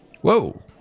Whoa